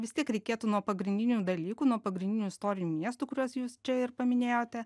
vis tiek reikėtų nuo pagrindinių dalykų nuo pagrindinių istorinių miestų kuriuos jūs čia ir paminėjote